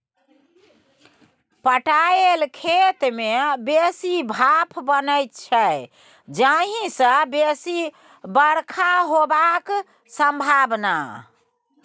पटाएल खेत मे बेसी भाफ बनै छै जाहि सँ बेसी बरखा हेबाक संभाबना